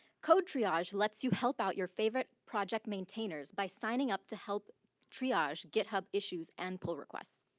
codetriage lets you help out your favorite project maintainers by signing up to help triage get hub issues and pull request.